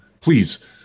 please